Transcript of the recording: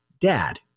dad